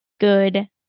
good